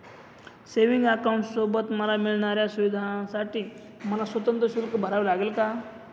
Savings अकाउंटसोबत मला मिळणाऱ्या सुविधांसाठी मला स्वतंत्र शुल्क भरावे लागेल का?